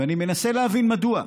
ואני מנסה להבין מדוע.